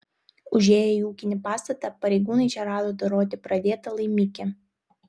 užėję į ūkinį pastatą pareigūnai čia rado doroti pradėtą laimikį